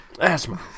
Asthma